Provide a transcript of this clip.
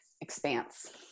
expanse